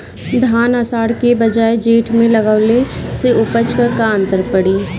धान आषाढ़ के बजाय जेठ में लगावले से उपज में का अन्तर पड़ी?